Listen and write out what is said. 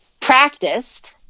Practiced